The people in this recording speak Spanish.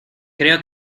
creo